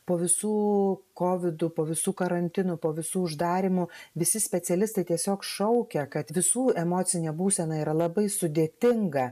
po visų kovidų po visų karantinų po visų uždarymų visi specialistai tiesiog šaukia kad visų emocinė būsena yra labai sudėtinga